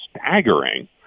staggering